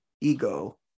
ego